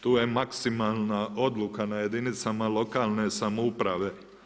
Tu je maksimalna odluka na jedinicama lokalne samouprave.